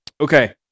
Okay